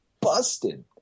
busted